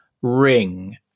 Ring